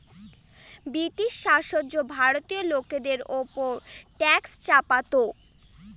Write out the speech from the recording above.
British সাম্রাজ্য ভারতীয় লোকের ওপর ট্যাক্স চাপাতো